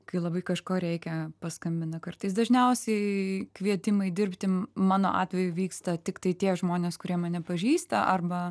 kai labai kažko reikia paskambina kartais dažniausiai kvietimai dirbti mano atveju vyksta tiktai tie žmonės kurie mane pažįsta arba